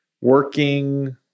working